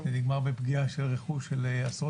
מירב בן ארי,